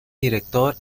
director